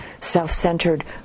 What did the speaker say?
self-centered